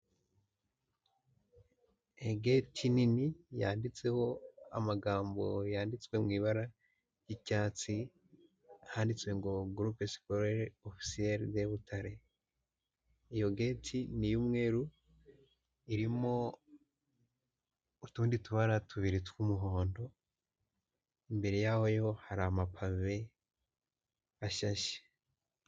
Geti nini yanditseho amagambo yanditswe mu ibara ry'icyatsi, handitswe ngo Groupe Scolaire Officielle de Butare, iyo geti ni umweru, irimo utundi tubara tubiri tw'umuhondo, imbere yayo hari amapave ashashe.